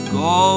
go